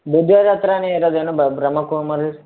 ಬೂದಿಗೆರೆ ಹತ್ರವೇ ಇರೋದೇನು ಬ್ರಹ್ಮಕೋಮಲ್